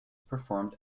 performed